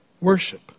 worship